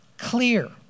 Clear